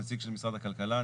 נציג של משרד הכלכלה,